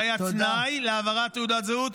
זה היה תנאי להעברת תעודת זהות,